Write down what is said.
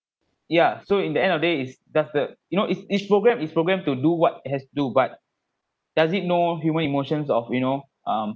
ya so in the end of day is does the you know it's each program is programmed to do what it has do but does it know human emotions of you know um